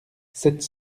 sept